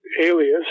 Alias